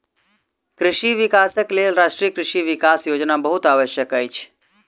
कृषि विकासक लेल राष्ट्रीय कृषि विकास योजना बहुत आवश्यक अछि